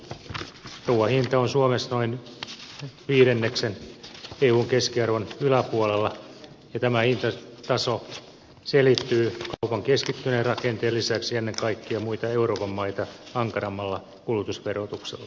ruuan hinta on suomessa noin viidenneksen eun keskiarvon yläpuolella ja tämä hintataso selittyy kaupan keskittyneen rakenteen lisäksi ennen kaikkea muita euroopan maita ankarammalla kulutusverotuksella